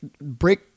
break